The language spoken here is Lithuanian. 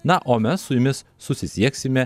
na o mes su jumis susisieksime